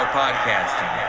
podcasting